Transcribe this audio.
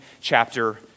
chapter